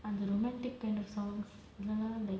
and the romantic kind of songs ளலாம்:lalaam